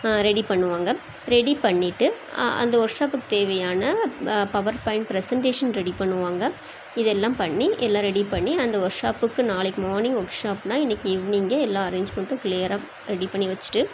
ready பண்ணுவாங்கள் ready பண்ணிட்டு அந்த ஒர்க் ஷாப்புக்கு தேவையான பவர்பாயிண்ட் ப்ரெசென்ட்டேஷன் ரெடி பண்ணுவாங்கள் இது எல்லாம் பண்ணி எல்லாம் ரெடி பண்ணி அந்த ஒர்க் ஷாப்புக்கு நாளைக்கு மார்னிங் ஒர்க் ஷாப்னால் இன்றைக்கி ஈவ்னிங்கே எல்லா அரேஞ்ச்மெண்டும் க்ளீயராக ரெடி பண்ணி வச்சிட்டு